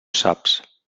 saps